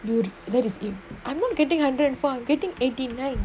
I'm not getting hundred and four I'm getting eighty nine